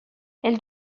elles